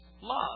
love